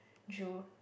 drool